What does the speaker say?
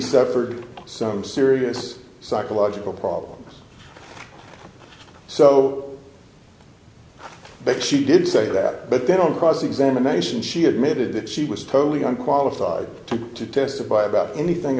suffered some serious psychological problems so but she did say that but then on cross examination she admitted that she was totally unqualified to testify about anything